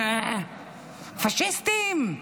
פשיסטים,